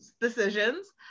decisions